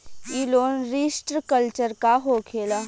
ई loan restructure का होखे ला?